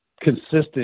consistent